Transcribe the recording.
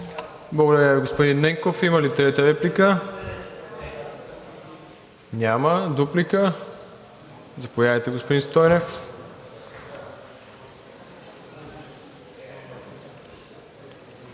Благодаря Ви, господин Ненков. Има ли трета реплика? Няма. Дуплика – заповядайте, господин Стойнев.